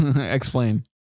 Explain